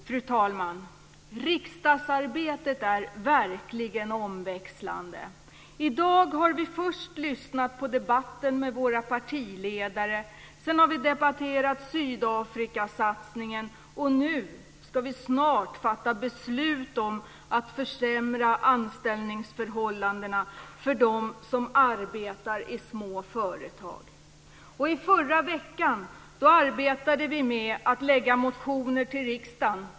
Fru talman! Riksdagsarbetet är verkligen omväxlande. I dag har vi först lyssnat på debatten med våra partiledare, sedan debatterat Sydafrikasatsningen och nu ska vi snart fatta beslut om att försämra anställningsförhållandena för dem som arbetar i små företag. I förra veckan arbetade vi med att väcka motioner till riksdagen.